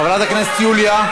חברת הכנסת יוליה?